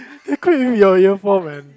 you quit your year four and